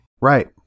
Right